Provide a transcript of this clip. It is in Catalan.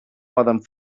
poden